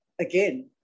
again